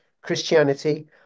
Christianity